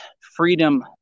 freedom